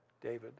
David